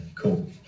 cool